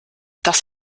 das